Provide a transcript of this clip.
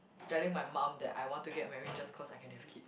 telling my mum that I want to get married just cause I can have kid